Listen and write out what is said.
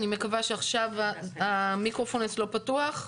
אני מקווה שעכשיו המיקרופון אצלו פתוח.